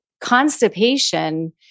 Constipation